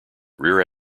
rear